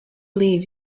leave